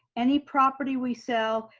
any property we sell,